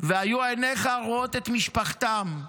והיו עיניך רואות את משפחתם,